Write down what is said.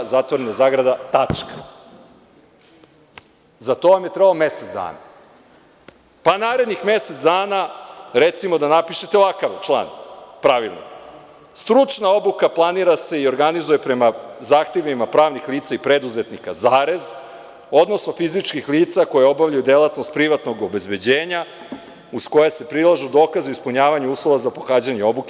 Za to vam je trebalo mesec dana, pa narednih mesec dana recimo da napišete ovakav član pravilnika: „Stručna obuka planira se i organizuje prema zahtevima pravnih lica i preduzetnika, odnosno fizičkih lica koja obavljaju delatnost privatnog obezbeđenja uz koje se prilažu dokazi o ispunjavanju uslova za pohađanje obuke.